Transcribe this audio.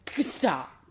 stop